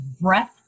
breath